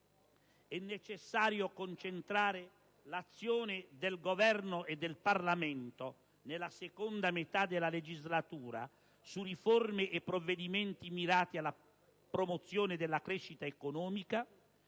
è necessario concentrare l'azione del Governo e del Parlamento nella seconda metà della legislatura su riforme e provvedimenti mirati alla promozione della crescita economica,